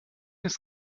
ist